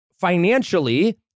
financially